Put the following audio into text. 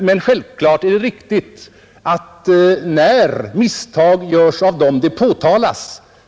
Men självklart är det riktigt att det påtalas, när misstag begås.